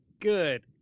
Good